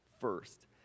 first